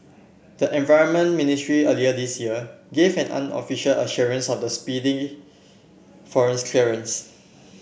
the environment ministry earlier this year gave an unofficial assurance of speedy forest clearance